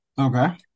Okay